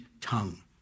tongue